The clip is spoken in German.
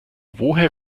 woher